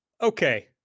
Okay